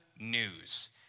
news